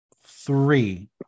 three